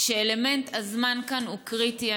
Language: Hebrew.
שאלמנט הזמן כאן הוא קריטי.